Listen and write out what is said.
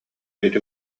ити